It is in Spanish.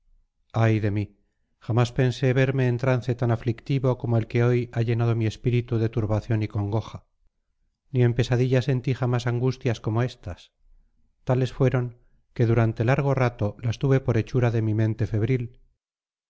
ay de mí jamás pensé verme en trance tan aflictivo como el que hoy ha llenado mi espíritu de turbación y congoja ni en pesadilla sentí jamás angustias como estas tales fueron que durante largo rato las tuve por hechura de mi mente febril